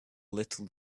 little